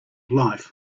life